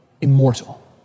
immortal